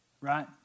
right